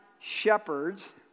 shepherds